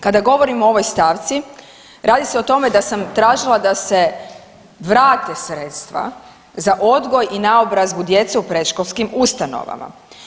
Kada govorimo o ovoj stavci, radi se o tome da sam tražila da se vrate sredstva za odgoj i naobrazbu djece u predškolskim ustanovama.